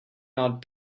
not